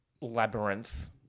labyrinth